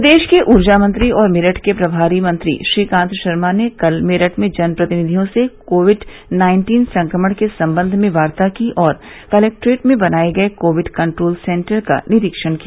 प्रदेश के ऊर्जा मंत्री और मेरठ के प्रभारी मंत्री श्रीकांत शर्मा ने कल मेरठ में जन प्रतिनिधियों से कोविड नाइन्टीन संक्रमण के संबंध में वार्ता की और कलेक्ट्रेट में बनाए गए कोविड कंट्रोल सेंटर का निरीक्षण किया